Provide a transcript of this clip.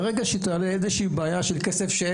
ברגע שאתה תעלה איזו שהיא בעיה של כסף הם